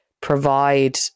provide